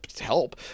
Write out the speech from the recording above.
help